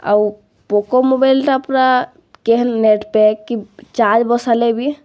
ଆଉ ପୋକୋ ମୋବାଇଲ୍ଟା ପୁରା କେହେନ୍ ନେଟ୍ ପ୍ୟାକ୍ କି ଚାର୍ଜ୍ ବସାଲେ ବି